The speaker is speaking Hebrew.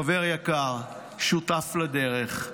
חבר יקר, שותף לדרך.